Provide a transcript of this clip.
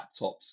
laptops